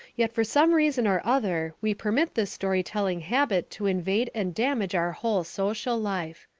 yet for some reason or other we permit this story-telling habit to invade and damage our whole social life.